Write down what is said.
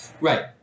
Right